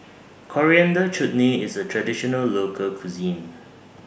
Coriander Chutney IS A Traditional Local Cuisine